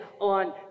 on